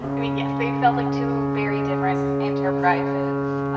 i mean, yes, they've felt like two very different enterprises.